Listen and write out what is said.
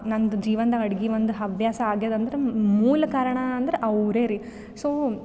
ನಂದು ಜೀವನದಾಗೆ ಅಡ್ಗೆ ಒಂದು ಹವ್ಯಾಸ ಆಗಿದೆ ಅಂದ್ರೆ ಮೂಲ ಕಾರಣ ಅಂದ್ರೆ ಅವರೇ ರೀ ಸೋ